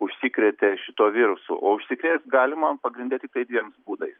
užsikrėtė šituo virusu o užsikrėst galima pagrinde tiktai dviem būdais